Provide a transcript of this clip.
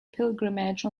pilgrimage